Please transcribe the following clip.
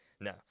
No